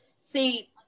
See